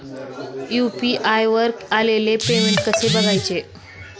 UPI वर आलेले payment कसे बघायचे?